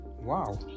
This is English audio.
Wow